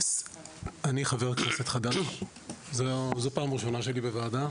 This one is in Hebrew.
אני חבר כנסת חדש, זה פעם ראשונה שלי בוועדה,